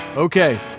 Okay